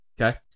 Okay